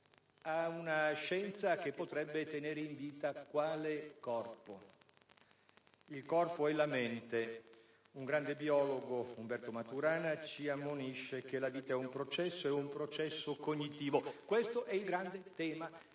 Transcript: ad una scienza che potrebbe tenere in vita un corpo; ma quale? Il corpo è la sua mente. Un grande biologo, Humberto Maturana, ci ammonisce che la vita è un processo cognitivo. Questo è il grande tema,